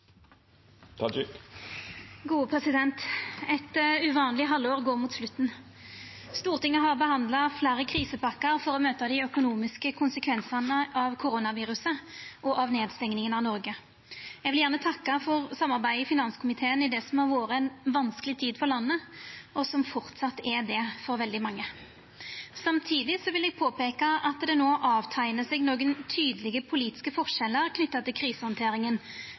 mot slutten. Stortinget har behandla fleire krisepakkar for å møta dei økonomiske konsekvensane av koronaviruset og nedstenginga av Noreg. Eg vil gjerne takka for samarbeidet i finanskomiteen i det som har vore ei vanskeleg tid for landet, og som fortsatt er det for veldig mange. Samtidig vil eg påpeika at det no teiknar seg nokon tydelege politiske forskjellar knytt til krisehandteringa